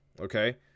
okay